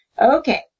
okay